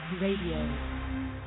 Radio